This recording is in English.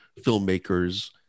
filmmakers